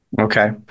okay